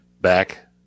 back